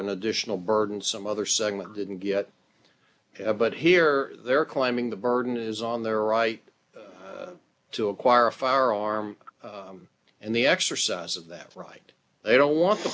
an additional burden some other segment didn't get but here they're claiming the burden is on their right to acquire a firearm and the exercise of that right they don't want t